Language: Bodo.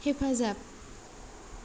हेफाजाब